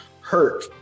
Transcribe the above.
hurt